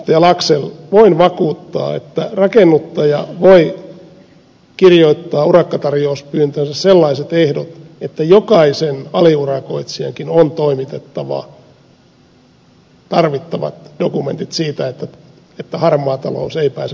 laxell voin vakuuttaa että rakennuttaja voi kirjoittaa urakkatarjouspyyntöönsä sellaiset ehdot että jokaisen aliurakoitsijankin on toimitettava tarvittavat dokumentit siitä että harmaa talous ei pääse rehottamaan